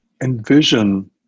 envision